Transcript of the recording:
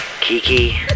Kiki